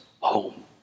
home